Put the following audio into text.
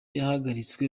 yahagaritswe